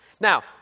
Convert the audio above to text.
Now